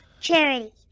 charity